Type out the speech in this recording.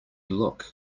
look